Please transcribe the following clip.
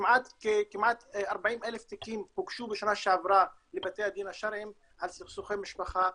כמעט 40,000 תיקים הוגשו בשנה שעברה לבתי הדין השרעיים על סכסוכי משפחה.